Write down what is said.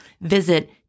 Visit